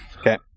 Okay